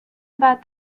about